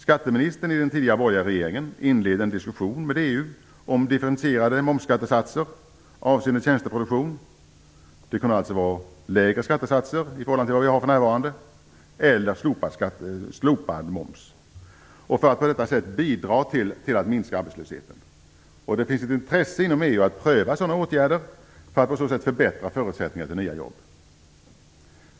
Skatteministern i den tidigare borgerliga regeringen inledde en diskussion med EU om differentierade momsskattesatser avseende tjänsteproduktion - det kunde vara lägre skattesatser i förhållande till dem vi har för närvarande eller slopad moms - för att på detta sätt bidra till att minska arbetslösheten. Det finns intresse inom EU för att pröva sådana åtgärder, för att på så sätt förbättra förutsättningarna för nya jobb.